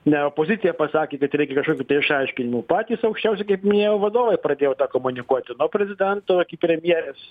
ne opozicija pasakė kad reikia kažkokių išaiškinimų patys aukščiausi kaip minėjau vadovai pradėjo tą komunikuoti nuo prezidento premjerės